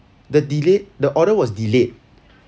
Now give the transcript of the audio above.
the delayed the order was delayed